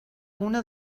una